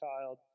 child